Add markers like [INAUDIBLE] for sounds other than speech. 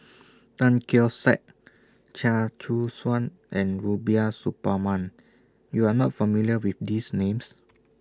[NOISE] Tan Keong Saik Chia Choo Suan and Rubiah Suparman YOU Are not familiar with These Names